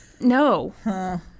No